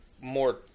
more